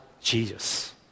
Jesus